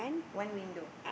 one window